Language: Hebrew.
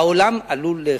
העולם עלול להיחרב.